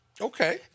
Okay